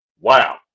Wow